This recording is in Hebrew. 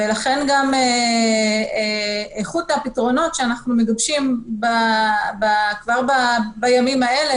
ולכן איכות הפתרונות שאנחנו מגבשים כבר בימים האלה